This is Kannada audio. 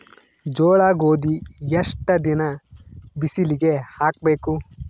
ಜೋಳ ಗೋಧಿ ಎಷ್ಟ ದಿನ ಬಿಸಿಲಿಗೆ ಹಾಕ್ಬೇಕು?